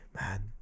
Man